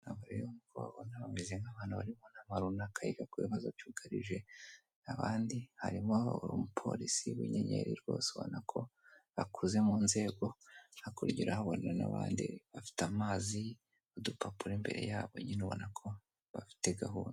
Aba mureba bameze nk'abantu bari mu nama runaka yiga ku bibazo byugarijea abandi harimo umupolisi w'inyenyeri rwose ubona ko akuze mu nzego hakurya urahabona n'abandi bafite amazi udupapuro imbere yabo nyine ubona bafite gahunda.